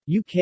UK